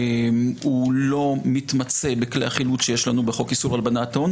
הוא לא מתמצא בכלי החילוט שיש לנו בחוק איסור הלבנת הון.